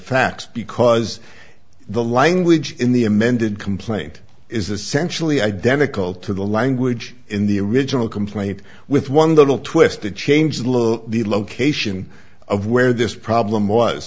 facts because the language in the amended complaint is essentially identical to the language in the original complaint with one little twisted change look at the location of where this problem was